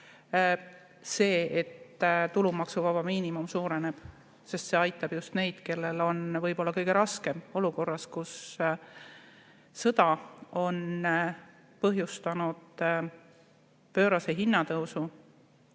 see, et tulumaksuvaba miinimum suureneb, sest see aitab just neid, kellel on võib-olla kõige raskem olukorras, kus sõda on põhjustanud pöörase hinnatõusu,